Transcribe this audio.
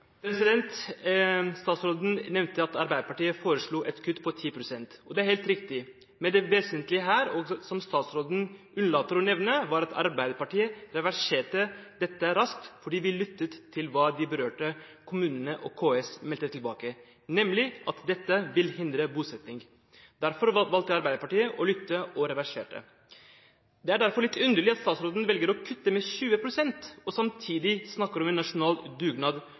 Statsråden nevnte at Arbeiderpartiet foreslo et kutt på 10 pst. Det er helt riktig. Men det vesentlige her – som statsråden unnlot å nevne – er at Arbeiderpartiet reverserte dette raskt, fordi vi lyttet til hva de berørte kommunene og KS sa, nemlig at dette ville hindre bosetting. Arbeiderpartiet valgte å lytte og å reversere. Det er derfor litt underlig at statsråden velger å kutte med 20 pst. og samtidig snakker om en nasjonal dugnad